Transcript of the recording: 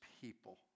people